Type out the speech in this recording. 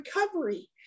recovery